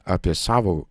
apie savo